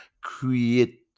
create